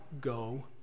go